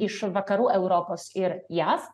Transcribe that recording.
iš vakarų europos ir jav